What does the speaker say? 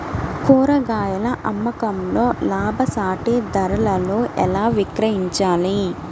కూరగాయాల అమ్మకంలో లాభసాటి ధరలలో ఎలా విక్రయించాలి?